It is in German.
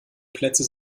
plätze